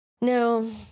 No